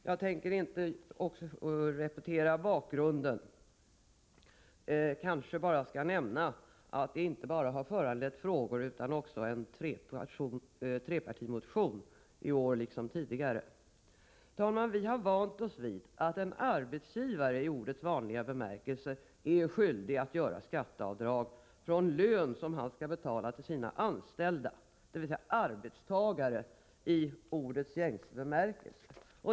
Jag tänker inte repetera bakgrunden utan bara nämna att det här problemet inte enbart har föranlett frågor utan också en trepartimotion i år liksom tidigare. Herr talman! Vi har vant oss vid att en arbetsgivare i ordets vanliga bemärkelse är skyldig att göra skatteavdrag från lön som han betalar till sina anställda, dvs. arbetstagare i ordets gängse bemärkelse.